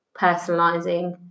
personalizing